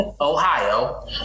Ohio